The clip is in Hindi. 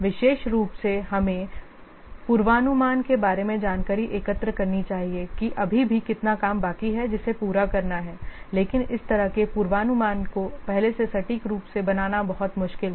विशेष रूप से हमें पूर्वानुमान के बारे में जानकारी एकत्र करनी चाहिए कि अभी भी कितना काम बाकी है जिसे पूरा करना है लेकिन इस तरह के पूर्वानुमानों को पहले से सटीक रूप से बनाना बहुत मुश्किल है